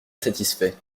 satisfait